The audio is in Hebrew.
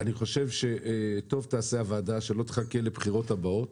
אני חושב שהוועדה תעשה טוב אם היא לא תחכה לבחירות הבאות